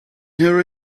her